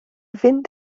fynd